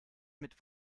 mit